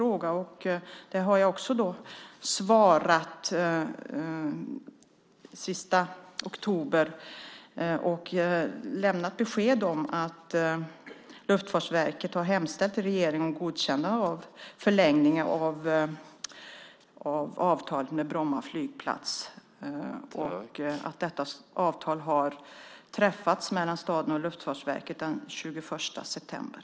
Den svarade jag på den 31 oktober. Jag lämnade besked om att Luftfartsverket hade hemställt till regeringen om godkännande av förlängning av avtalet med Bromma flygplats och att detta avtal hade träffats mellan staden och Luftfartsverket den 21 september.